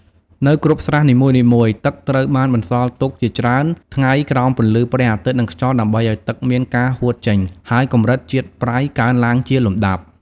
នៅគ្រប់ស្រះនីមួយៗ ទឹកត្រូវបានបន្សល់ទុកជាច្រើនថ្ងៃក្រោមពន្លឺព្រះអាទិត្យនិងខ្យល់ដើម្បីឲ្យទឹកមានការហួតចេញ ហើយកម្រិតជាតិប្រៃកើនឡើងជាលំដាប់។